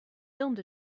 filmed